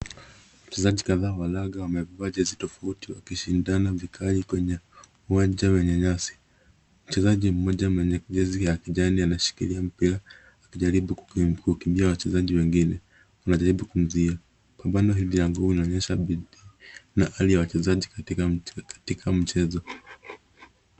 Wachezaji kadhaa wa raga wamevaa jezi tofauti wakishindana vikali kwenye uwanja wenye nyasi. Mchezaji mmoja mwenye jezi ya kijani anashikilia mpira akijaribu kukimbia na wachezaji wengine wanajaribu kumjia. Pambano hili ya nguo inaonyesha bidii na hali ya wachezaji katika mchezo.